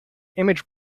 image